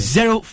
Zero